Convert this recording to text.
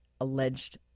alleged